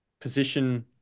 position